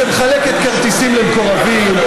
שמחלקת כרטיסים למקורבים,